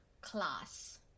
class